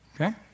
Okay